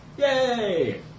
Yay